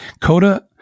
CODA